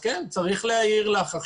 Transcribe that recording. אז כן, צריך להעיר לך.